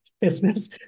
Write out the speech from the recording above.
business